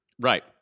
Right